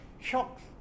shocks